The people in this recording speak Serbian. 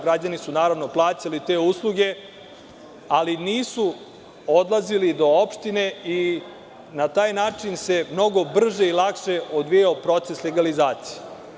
Građani su, naravno, plaćali te usluge ali nisu odlazili do opštine i na taj način se mnogo brže i lakše odvijao proces legalizacije.